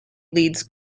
leads